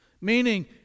Meaning